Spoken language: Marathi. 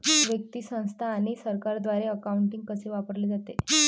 व्यक्ती, संस्था आणि सरकारद्वारे अकाउंटिंग कसे वापरले जाते